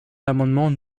l’amendement